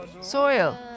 soil